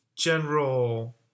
general